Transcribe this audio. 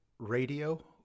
radio